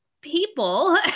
people